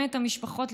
המשפחות,